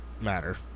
matter